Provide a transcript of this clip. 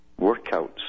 workouts